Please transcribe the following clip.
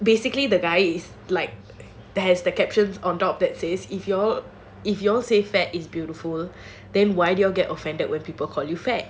it basically the guy is like that has the captions on top that says if ya'll say fat is beautiful then why do ya'll get offended when people call you fat